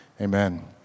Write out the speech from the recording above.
Amen